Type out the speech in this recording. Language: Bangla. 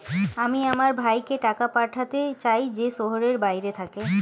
আমি আমার ভাইকে টাকা পাঠাতে চাই যে শহরের বাইরে থাকে